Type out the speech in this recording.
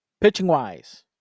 Pitching-wise